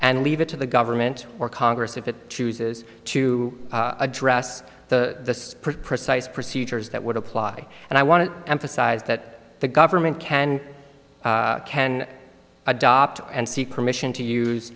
and leave it to the government or congress if it chooses to address the precise procedures that would apply and i want to emphasize that the government can can adopt and seek permission to use